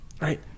Right